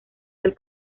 del